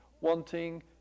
wanting